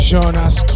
Jonas